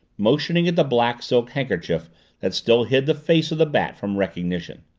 motioning at the black silk handkerchief that still hid the face of the bat from recognition.